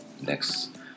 next